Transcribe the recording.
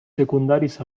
secundaris